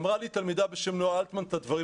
אמרה לי תלמידה בשם נועה אלטמן את הדברים